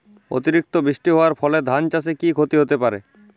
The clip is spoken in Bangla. অতিরিক্ত বৃষ্টি হওয়ার ফলে ধান চাষে কি ক্ষতি হতে পারে?